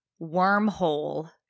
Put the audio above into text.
wormhole